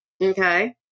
Okay